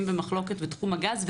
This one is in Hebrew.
לכספים במחלוקת בתחום הגז,